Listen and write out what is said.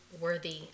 worthy